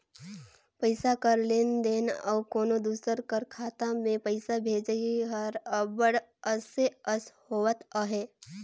पइसा कर लेन देन अउ कोनो दूसर कर खाता में पइसा भेजई हर अब्बड़ असे अस होवत अहे